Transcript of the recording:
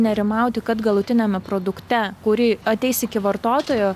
nerimauti kad galutiniame produkte kuri ateis iki vartotojo